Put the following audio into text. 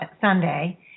Sunday